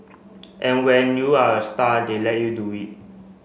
and when you're a star they let you do it